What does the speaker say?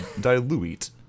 dilute